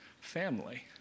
family